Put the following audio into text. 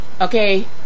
okay